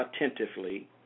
attentively